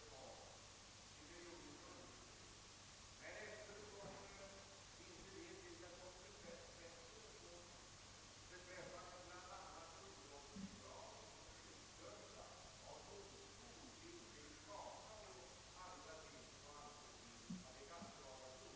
Herr Ohlin ställde en fråga till mig som gick ut på följande: Skall socialdemokratin motsätta sig en utjämning som kommer fram när den rike givaren ger till den fattige anförvanten?